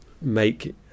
make